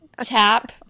Tap